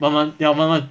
乱乱要乱乱